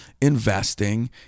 investing